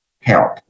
help